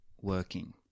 working